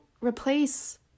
replace